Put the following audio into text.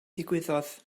ddigwyddodd